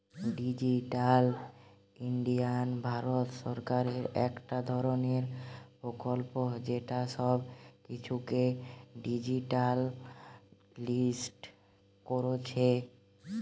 digital India Bharat সরকারের একটা ধরণের প্রকল্প যেটা সব কিছুকে ডিজিটালিসড কোরছে